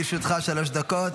בבקשה, לרשותך שלוש דקות.